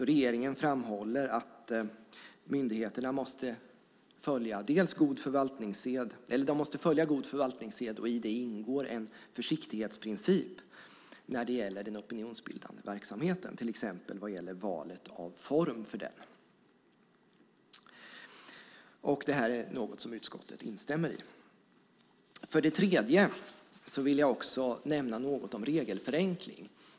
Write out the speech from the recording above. Regeringen framhåller att myndigheterna måste följa god förvaltningssed, och i det ingår en försiktighetsprincip när det gäller den opinionsbildande verksamheten, till exempel när det gäller valet av form för denna. Detta är något som utskottet instämmer i. Jag vill också nämna något om regelförenkling.